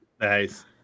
nice